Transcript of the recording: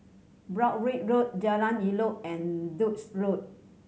Broadrick Road Jalan Elok and Duke's Road